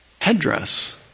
headdress